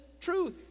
truth